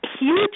huge